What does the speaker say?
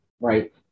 right